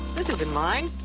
this isn't mine,